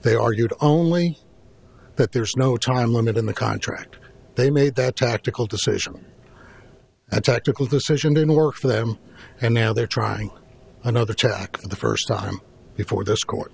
they argued only that there's no time limit in the contract they made that tactical decision a tactical decision in order for them and now they're trying another tack the first time before this court